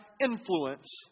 influence